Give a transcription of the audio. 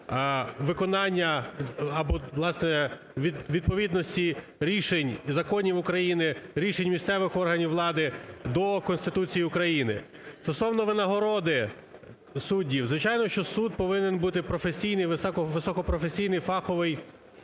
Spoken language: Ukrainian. відповідності рішень і законів України, рішень місцевих органів влади до Конституції України. Стосовно винагороди суддів. Звичайно, що суд повинен бути професійним, високопрофесійний фаховий